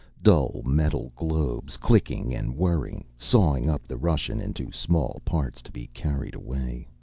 dull metal globes clicking and whirring, sawing up the russian into small parts to be carried away.